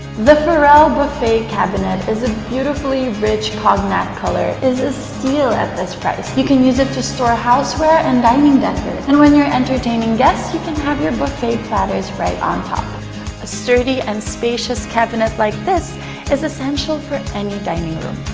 the farrel buffet cabinet is a beautiful rich cognac color is a steal at this price. you can use it to store houseware and dining decor, and when you're entertaining guests you can have your buffet platters right on top. a sturdy and spacious cabinet like this is essential for any dining room.